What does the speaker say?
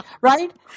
Right